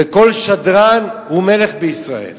וכל שדרן הוא מלך בישראל.